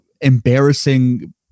embarrassing